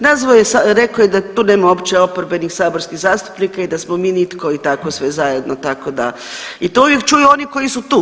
Nazvao je, rekao da tu nema uopće oporbenih saborskih zastupnika i da smo mi nitko i tako sve zajedno, tako da i to uvijek čuju oni koji su tu.